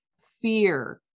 fear